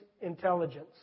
intelligence